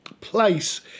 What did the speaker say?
place